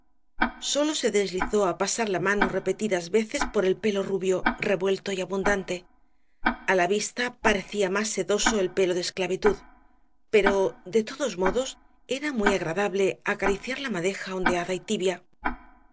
sólo se deslizó á pasar la mano repetidas veces por el pelo rubio revuelto y abundante a la vista parecía más sedoso el pelo de esclavitud pero de todos modos era muy agradable acariciar la madeja ondeada y tibia